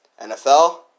NFL